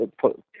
put